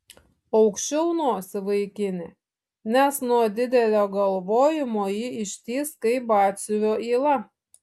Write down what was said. aukščiau nosį vaikine nes nuo didelio galvojimo ji ištįs kaip batsiuvio yla